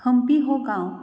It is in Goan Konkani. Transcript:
हंपी हो गांव